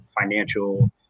financial